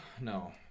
no